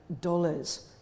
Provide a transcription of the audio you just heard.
dollars